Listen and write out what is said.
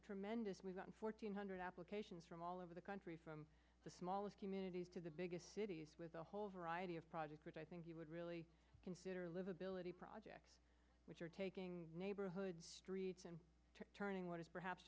a tremendous we've got four hundred applications from all over the country from the smallest communities to the biggest cities with a whole variety of projects which i think you would really consider livability projects which are taking neighborhood streets and turning what is perhaps